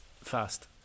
fast